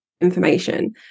information